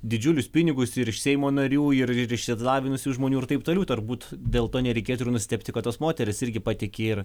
didžiulius pinigus ir iš seimo narių ir ir išsilavinusių žmonių ir taip toliau turbūt dėl to nereikėtų ir nustebti kad tos moterys irgi patiki ir